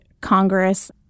Congress